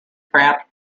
craft